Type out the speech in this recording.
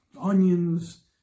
onions